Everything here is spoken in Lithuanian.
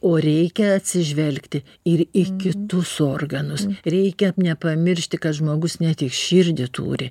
o reikia atsižvelgti ir į kitus organus reikia nepamiršti kad žmogus ne tik širdį turi